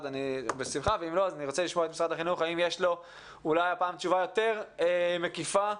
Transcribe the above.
אז נעבור לשמוע תשובה ממשרד החינוך.